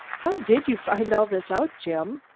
how did you find all this out, jim?